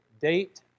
date